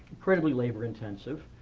credibly labor intensive.